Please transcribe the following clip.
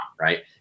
right